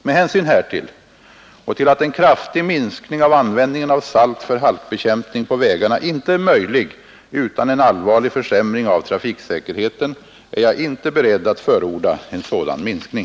Med hänsyn härtill och till att en kraftig minskning av användningen 19 av salt för halkbekämpning på vägarna inte är möjlig utan en allvarlig försämring av trafiksäkerheten är jag inte beredd att förorda en sådan minskning.